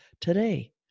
today